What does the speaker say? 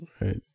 Right